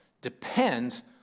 depends